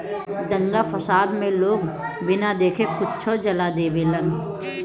दंगा फसाद मे लोग बिना देखे कुछो जला देवेलन